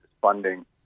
funding